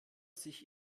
sich